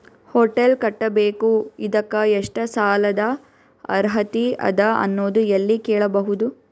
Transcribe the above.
Hotel ಕಟ್ಟಬೇಕು ಇದಕ್ಕ ಎಷ್ಟ ಸಾಲಾದ ಅರ್ಹತಿ ಅದ ಅನ್ನೋದು ಎಲ್ಲಿ ಕೇಳಬಹುದು?